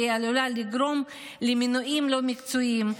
והיא עלולה לגרום למינויים לא מקצועיים,